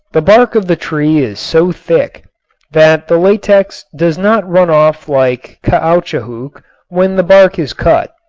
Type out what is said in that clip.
the bark of the tree is so thick that the latex does not run off like caoutchouc when the bark is cut.